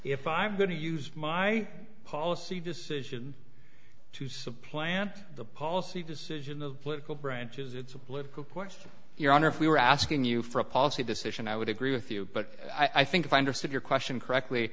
if i'm going to use my policy decision to supplant the policy decision of political branches it's a political question your honor if we were asking you for a policy decision i would agree with you but i think if i understood your question correctly